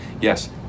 yes